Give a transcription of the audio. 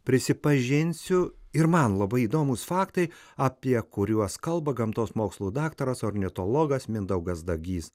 prisipažinsiu ir man labai įdomūs faktai apie kuriuos kalba gamtos mokslų daktaras ornitologas mindaugas dagys